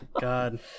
God